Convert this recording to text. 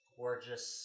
gorgeous